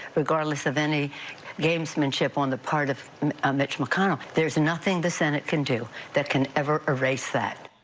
regardless of any gamesmanship on the part of mitch mcconnell. there is nothing the senate can do that can ever erase that.